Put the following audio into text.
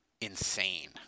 insane